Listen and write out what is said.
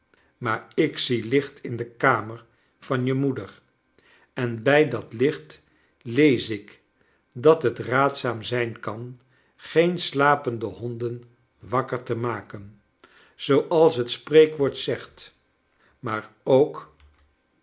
maar ik zie licht in de kamer van je moeder n bij dat licht lees ik dat het raadzaam zijn kan geen slapende honden wakker te maken zooals het spreekwoord zegt maar ook